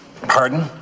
Pardon